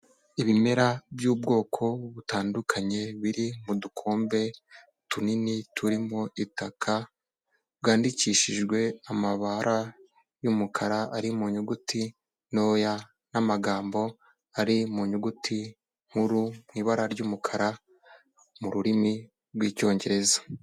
Ibimera by'ubwoko butandukanye biri mu dukombe tunini turimo itaka, bwandikishijwe amabara y'umukara ari mu nyuguti ntoya n'amagambo ari mu nyuguti nkuru, mu ibara ry'umukara mu rurimi rw'icyongereza.